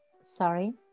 sorry